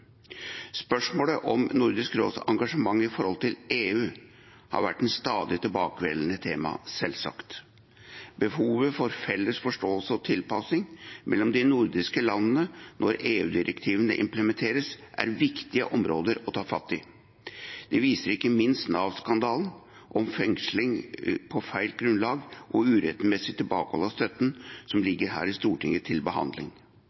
Spørsmålet om Nordisk råds engasjement i forholdet til EU har selvsagt vært et stadig tilbakevendende tema. Behovet for felles forståelse og tilpasning mellom de nordiske landene når EU-direktiver implementeres, er et viktig område å ta fatt i. Det viser ikke minst Nav-skandalen, om fengsling på feil grunnlag og urettmessig tilbakeholdelse av støtte, som ligger her i Stortinget til behandling.